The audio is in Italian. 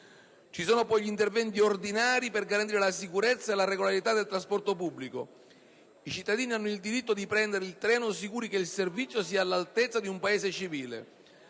Sono poi necessari interventi ordinari per garantire la sicurezza e la regolarità del trasporto pubblico. I cittadini hanno il diritto di prendere il treno sicuri che il servizio sia all'altezza di un Paese civile